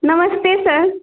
नमस्ते सर